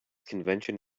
convention